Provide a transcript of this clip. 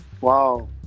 Wow